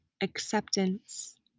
acceptance